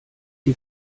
die